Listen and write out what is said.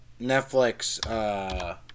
Netflix